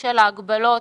ושל ההגבלות,